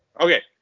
okay